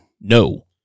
No